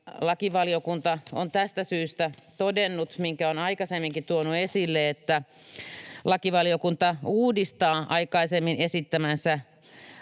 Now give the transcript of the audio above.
Lakivaliokunta on tästä syystä todennut, minkä on aikaisemminkin tuonut esille, että lakivaliokunta uudistaa aikaisemmin esittämänsä